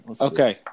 Okay